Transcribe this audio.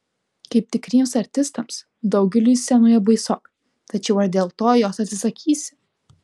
kaip tikriems artistams daugeliui scenoje baisoka tačiau ar dėl to jos atsisakysi